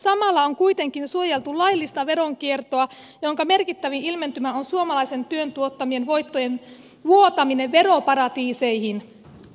samalla on kuitenkin suojeltu laillista veronkiertoa jonka merkittävin ilmentymä on suomalaisen työn tuottamien voittojen vuotaminen veroparatiiseihin